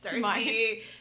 Darcy